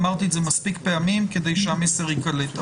אמרתי את זה מספיק פעמים כדי שהמסר ייקלט.